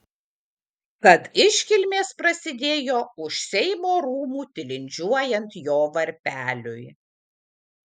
tad iškilmės prasidėjo už seimo rūmų tilindžiuojant jo varpeliui